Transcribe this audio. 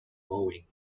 boeing